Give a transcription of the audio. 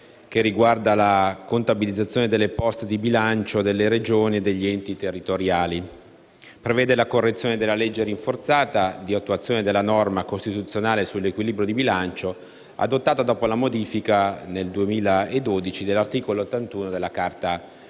che riguarda la contabilizzazione delle poste di bilancio delle Regioni e degli enti territoriali; prevede la correzione della legge rinforzata di attuazione della norma costituzionale sull'equilibrio di bilancio, adottata dopo la modifica - avvenuta nel 2012 - dell'articolo 81 della Carta fondamentale